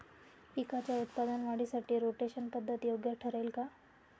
पिकाच्या उत्पादन वाढीसाठी रोटेशन पद्धत योग्य ठरेल का?